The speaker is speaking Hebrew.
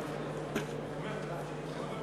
חברי